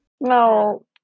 No